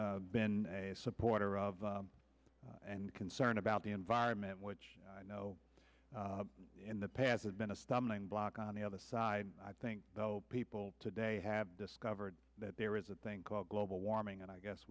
have been a supporter of and concerned about the environment which i know in the past has been a stumbling block on the other side i think people today have discovered that there is a thing called global warming and i guess